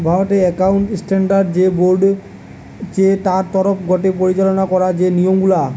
ভারতের accounting standard যে board চে তার তরফ গটে পরিচালনা করা যে নিয়ম গুলা